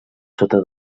sota